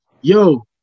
Yo